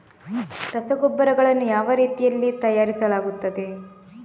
ರಸಗೊಬ್ಬರಗಳನ್ನು ಯಾವ ರೀತಿಯಲ್ಲಿ ತಯಾರಿಸಲಾಗುತ್ತದೆ?